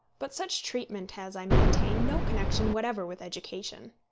but such treatment has, i maintain, no connection whatever with education.